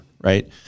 right